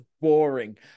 boring